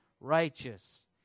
righteous